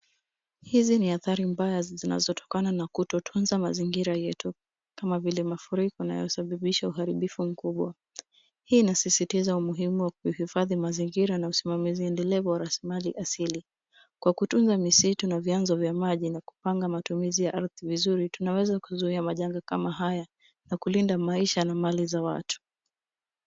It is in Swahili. Hizi ni adhari mbaya zinazotokana na kutotunza mazingira yetu kama vile mafuriko yanayosababisha uharibifu mkubwa. Hii inasisitiza umuhimu wa kuhifadhi mazingira na usimamizi endelevu wa rasilimali asili kwa kutunza misitu na vianzo vya maji na kupanga matumizi ya ardhi vizuri tunaweza kuzuia majanga kama haya na kulinda maisha na mali za watu.